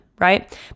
Right